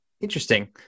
Interesting